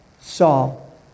Saul